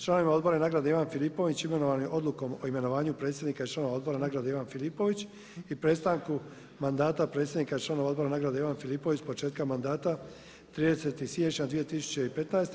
Članovi Odbora nagrade Ivan Filipović imenovan je odlukom o imenovanju predsjednika i članova Odbora nagrade Ivan Filipović i prestanku mandata predsjednika i članova Odbora nagrade Ivan Filipović s početka mandata 30. siječnja 2015.